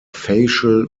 facial